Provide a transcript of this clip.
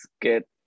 get